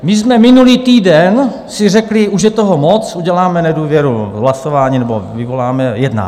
My jsme si minulý týden řekli, už je toho moc, uděláme nedůvěru hlasováním, nebo vyvoláme jednání.